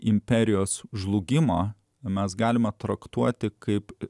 imperijos žlugimo mes galima traktuoti kaip